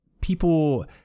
people